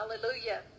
Hallelujah